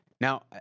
Now